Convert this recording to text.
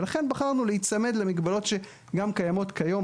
ולכן בחרנו להיצמד למגבלות שגם קיימות היום.